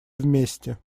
вместе